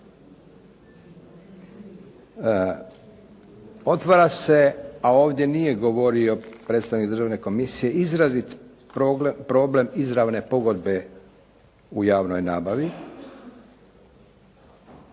Otvara se, a ovdje nije govorio predstavnik Državne komisije, izrazit problem izravne pogodbe u javnoj nabavi